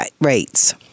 rates